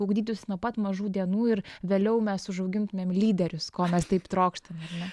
ugdytųsi nuo pat mažų dienų ir vėliau mes užaugintumėm lyderius ko mes taip trokštame ar ne